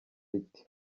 riti